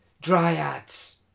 Dryads